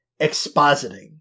expositing